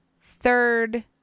third